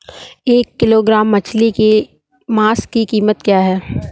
एक किलोग्राम मछली के मांस की कीमत क्या है?